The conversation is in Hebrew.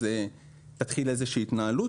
תתחיל איזושהי התנהלות.